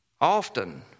often